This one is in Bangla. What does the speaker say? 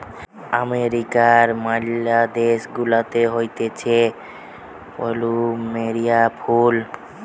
আমেরিকার ম্যালা দেশ গুলাতে হতিছে প্লুমেরিয়া ফুল